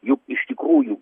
juk iš tikrųjų